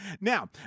Now